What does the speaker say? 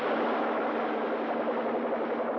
or